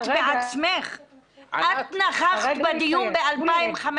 את נכחת בדיון ב-2015.